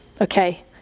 okay